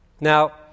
Now